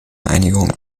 einigung